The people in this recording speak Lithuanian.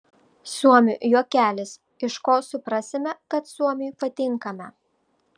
suomių juokelis iš ko suprasime kad suomiui patinkame